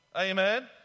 Amen